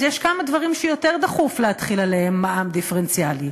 אז יש כמה דברים שיותר דחוף להחיל עליהם מע"מ דיפרנציאלי.